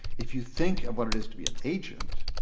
if you think of what it is to be an agent,